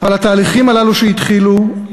אבל התהליכים הללו שהתחילו,